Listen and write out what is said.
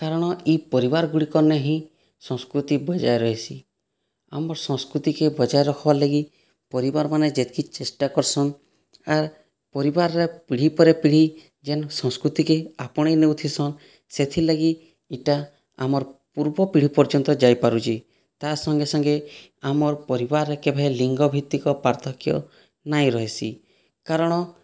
କାରଣ ଇ ପରିବାର୍ ଗୁଡ଼ିକର୍ନେ ହି ସଂସ୍କୃତି ବଜାୟ ରହେସି ଆମର୍ ସଂସ୍କୃତିକେ ବଜାୟ ରଖ୍ବାର୍ ଲାଗି ପରିବାର୍ମାନେ ଯେତିକି ଚେଷ୍ଟା କର୍ସନ୍ ଆର୍ ପରିବାର୍ରେ ପିଢ଼ି ପରେ ପିଢ଼ି ଜେନ୍ ସଂସ୍କୃତିକେ ଆପଣେଇ ନଉଥିସନ୍ ସେଥିର୍ଲାଗି ଇଟା ଆମର୍ ପୂର୍ବ ପିଢ଼ି ପର୍ଯ୍ୟନ୍ତ ଯାଇପାରୁଛେ ତା ସଙ୍ଗେସଙ୍ଗେ ଆମର୍ ପରିବାର୍ କେଭେ ଲିଙ୍ଗ ଭିତ୍ତିକ ପାର୍ଥକ୍ୟ ନାଇଁ ରହିସି କାରଣ